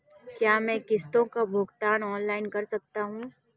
क्या मैं किश्तों का भुगतान ऑनलाइन कर सकता हूँ?